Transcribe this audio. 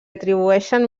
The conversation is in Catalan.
atribueixen